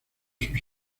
sus